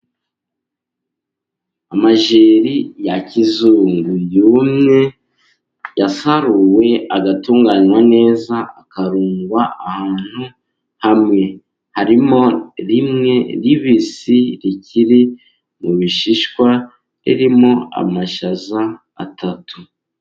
Amajeri ya kizungu yumye, yasaruwe agatunganywa neza akarungwa ahantu hamwe, harimo rimwe ribisi rikiri mu bishishwa, ririmo amashaza atatu